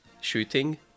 Shooting